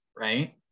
right